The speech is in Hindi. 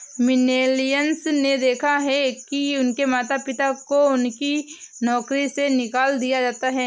मिलेनियल्स ने देखा है कि उनके माता पिता को उनकी नौकरी से निकाल दिया जाता है